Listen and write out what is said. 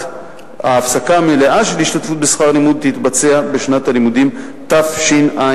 וההפסקה המלאה של ההשתתפות בשכר-הלימוד תבוצע בשנת הלימודים תשע"ד.